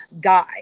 guy